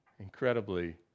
Incredibly